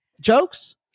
jokes